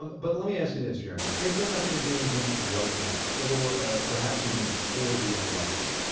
um but let me ask you this, jeremy if they're not going to do anything right now, or ah perhaps even before the elections,